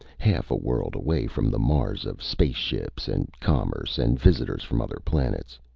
half a world away from the mars of spaceships and commerce and visitors from other planets.